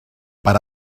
per